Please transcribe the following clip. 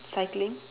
cycling